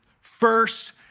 First